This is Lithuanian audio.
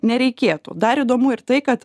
nereikėtų dar įdomu ir tai kad